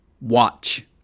watch